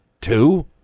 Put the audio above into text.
two